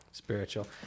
Spiritual